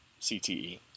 CTE